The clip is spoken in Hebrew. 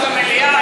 לעלות למליאה,